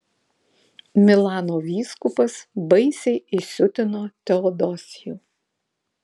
milano vyskupas baisiai įsiutino teodosijų